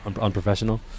unprofessional